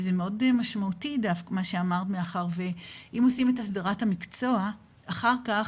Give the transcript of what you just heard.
מאוד משמעותי מאחר ואם עושים את הסדרת המקצוע אחר-כך,